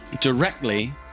Directly